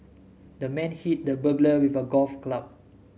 the man hit the burglar with a golf club